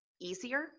easier